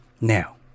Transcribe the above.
Now